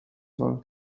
soll